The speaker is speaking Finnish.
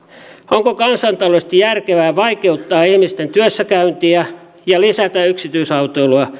onko kansantaloudellisesti järkevää vaikeuttaa ihmisten työssäkäyntiä ja lisätä yksityisautoilua